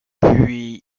puis